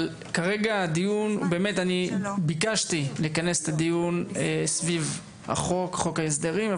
אבל כרגע ביקשתי לכנס את הדיון סביב חוק ההסדרים.